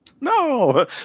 no